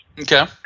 Okay